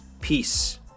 Peace